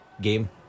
Game